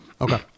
Okay